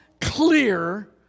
clear